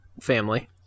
family